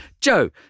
Joe